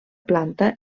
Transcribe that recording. planta